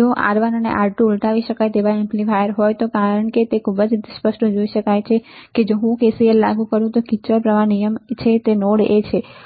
જો આ R1 R2 ઉલટાવી શકાય એમ્પ્લીફાયર છે કારણ કે તમે ખૂબ જ સ્પષ્ટ રીતે જોઈ શકો છો હવે જો હું K C L લાગુ કરું તો તે કિર્ચહોફ પ્રવાહ નિયમ છે નોડ a છે